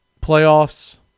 playoffs